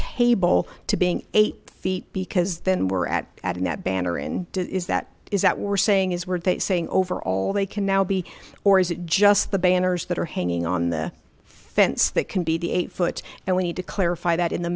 table to being eight feet because then we're at at and that banner and is that is that we're saying is were they saying over all they can now be or is it just the banners that are hanging on the fence that can be the eight foot and we need to clarify that in the